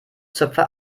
zöpfe